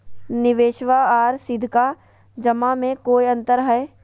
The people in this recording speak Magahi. निबेसबा आर सीधका जमा मे कोइ अंतर हय?